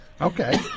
Okay